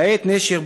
כעת נשר,